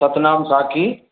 Satnam Sakhi